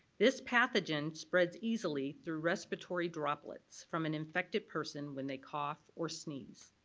this pathogen spreads easily through respiratory droplets from an infected person when they cough or sneeze.